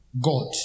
God